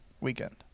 weekend